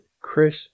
Chris